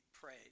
Pray